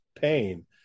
pain